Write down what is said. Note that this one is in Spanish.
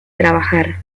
trabajar